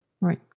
Right